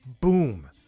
boom